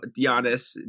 Giannis